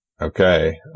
okay